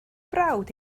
brawd